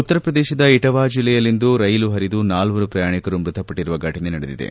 ಉತ್ತರ ಪ್ರದೇಶದ ಇಟಾವಾ ಜಿಲ್ಲೆಯಲ್ಲಿಂದು ರೈಲು ಹರಿದು ನಾಲ್ವರು ಪ್ರಯಾಣಿಕರು ಮೃತಪಟ್ಟರುವ ಘಟನೆ ನಡೆದಿದೆ